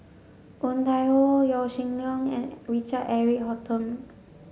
Woon Tai Ho Yaw Shin Leong and Richard Eric Holttum